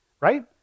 right